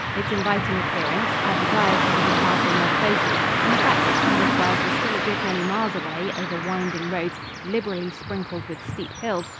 its inviting appearance, our desire to see the castle more closely, and the fact that tunbridge wells was still a good many miles away over winding roads liberally sprinkled with steep hills,